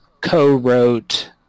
co-wrote